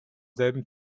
selben